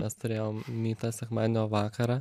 mes turėjom mytą sekmadienio vakarą